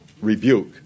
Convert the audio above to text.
rebuke